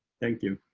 thank you.